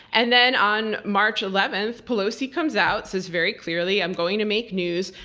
and then on march eleventh, pelosi comes out, says very clearly, i'm going to make news.